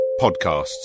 podcasts